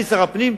אני שר הפנים,